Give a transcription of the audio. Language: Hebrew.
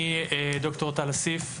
אני ד"ר טל אסיף,